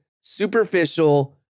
superficial